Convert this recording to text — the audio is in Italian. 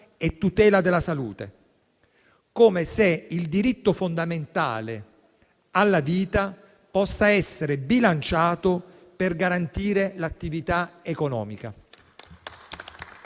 e tutela della salute, come se il diritto fondamentale alla vita potesse essere bilanciato per garantire l'attività economica.